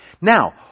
Now